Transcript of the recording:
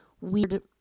weird